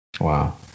Wow